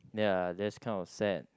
ya that's kind of sad